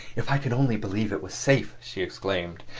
if i could only believe it was safe! she exclaimed.